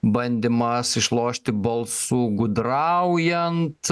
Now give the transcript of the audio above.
bandymas išlošti balsų gudraujant